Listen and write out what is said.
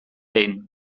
behin